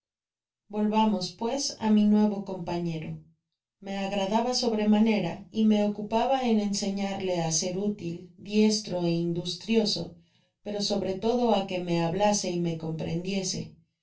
volvamos pues á mi nuevo compañero me agradaba sobremanera y me ocupaba en enseñarle á ser útil diestro ó industrioso pero sobre todo á que me hablase y ma comprendiese